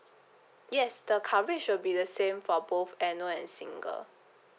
yes the coverage will be the same for both annual and single